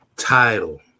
Title